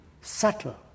subtle